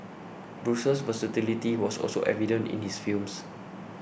Bruce's versatility was also evident in his films